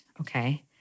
Okay